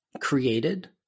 created